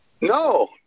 No